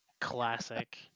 Classic